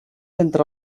entre